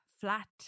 flat